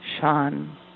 Sean